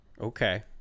Okay